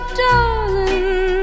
darling